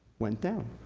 went down.